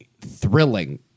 thrilling